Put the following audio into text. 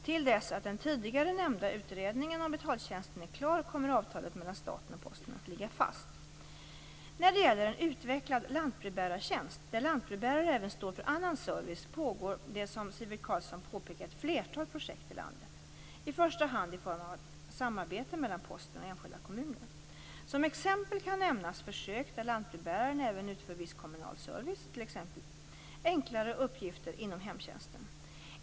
Till dess att den tidigare nämnda utredningen om betaltjänsten är klar kommer avtalet mellan staten och Posten att ligga fast. När det gäller en utvecklad lantbrevbärartjänst, där lantbrevbärare även står för annan service, pågår det som Sivert Carlsson påpekar ett flertal projekt i landet, i första hand i form av samarbeten mellan Posten och enskilda kommuner. Som exempel kan nämnas försök där lantbrevbäraren även utför viss kommunal service, t.ex. enklare uppgifter inom hemtjänsten.